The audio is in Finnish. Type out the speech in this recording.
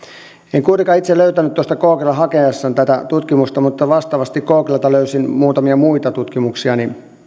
en kuitenkaan itse löytänyt googlella hakiessani tätä tutkimusta mutta vastaavasti googlelta löysin muutamia muita tutkimuksia